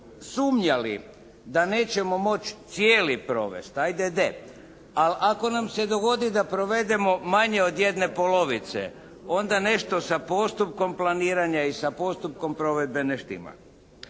sumnjali da nećemo moći cijeli provesti ajde de, ali ako nam se dogodi da provedemo manje od jedne polovice onda nešto sa postupkom planiranja i sa postupkom provedbe ne štima.